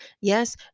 Yes